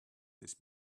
his